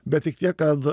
bet tik tiek kad